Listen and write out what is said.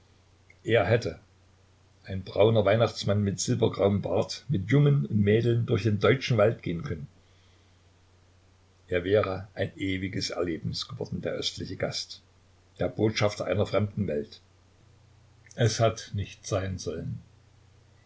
er hätte ein brauner weihnachtsmann mit silbergrauem bart mit jungen und mädeln durch den deutschen wald gehen können er wäre ein ewiges erlebnis geworden der östliche gast der botschafter einer fremden welt es hat nicht sein sollen